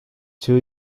two